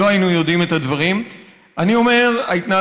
לא היינו יודעים את הדברים.